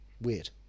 Weird